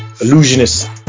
Illusionist